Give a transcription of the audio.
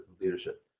leadership